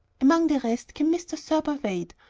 among the rest came mr. thurber wade,